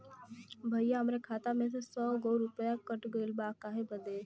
भईया हमरे खाता मे से सौ गो रूपया कट गइल बा काहे बदे?